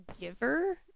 giver